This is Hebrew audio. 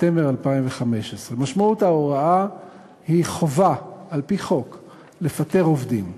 ספטמבר 2015. משמעות ההוראה היא חובה על-פי חוק לפטר עובדים.